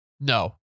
No